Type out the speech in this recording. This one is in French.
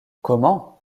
comment